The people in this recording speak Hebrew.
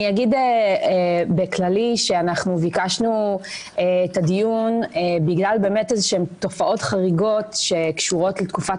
אנחנו ביקשנו את הדיון בגלל תופעות חריגות שקשורות לתקופת